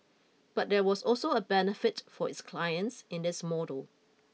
but there was also a benefit for its clients in this model